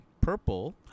purple